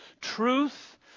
truth